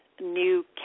new